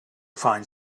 find